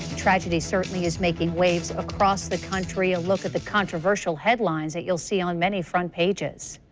tragedy certainly is making waves across the country. a look at the controversial headlines that you'll see on many front pages.